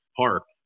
park